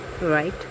Right